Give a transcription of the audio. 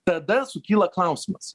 tada sukyla klausimas